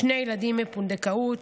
שני ילדים מפונדקאות,